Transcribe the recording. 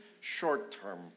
short-term